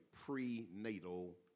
prenatal